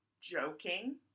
joking